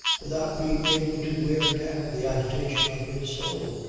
without being able to wear down the agitation of his soul,